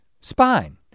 spine